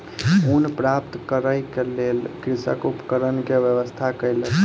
ऊन प्राप्त करै के लेल कृषक उपकरण के व्यवस्था कयलक